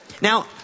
Now